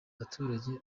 abaturage